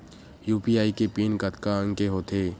UPI के PIN कतका अंक के होथे?